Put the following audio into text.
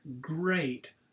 great